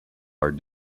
our